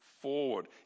forward